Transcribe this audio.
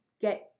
get